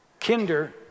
Kinder